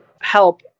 help